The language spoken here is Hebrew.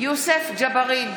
לחיילים משוחררים,